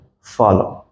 follow